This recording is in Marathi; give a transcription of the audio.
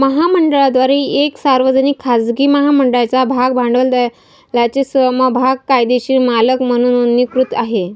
महामंडळाद्वारे एक सार्वजनिक, खाजगी महामंडळाच्या भाग भांडवलाचे समभाग कायदेशीर मालक म्हणून नोंदणीकृत आहे